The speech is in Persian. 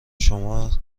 شما